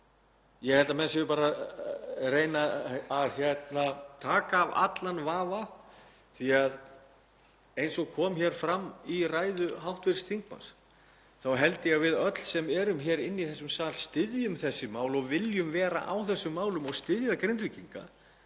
Ég held að menn séu bara að reyna að taka af allan vafa því að eins og kom fram í ræðu hv. þingmanns þá held ég að við öll sem erum hér inni í þessum sal styðjum þessi mál, viljum vera á þessum málum og styðja Grindvíkinga.